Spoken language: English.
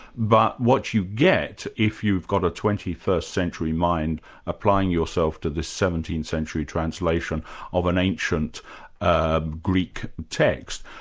but what you get if you've got a twenty first century mind applying yourself to this seventeenth century translation of an ancient ah greek text,